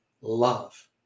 love